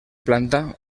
planta